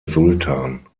sultan